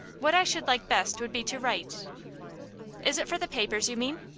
what i should like best would be to write is it for the papers you mean?